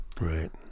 right